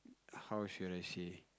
how should I say